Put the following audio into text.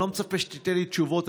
אני לא מצפה שתיתן לי תשובות,